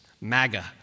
MAGA